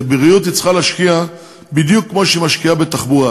בבריאות היא צריכה להשקיע בדיוק כמו שהיא משקיעה בתחבורה.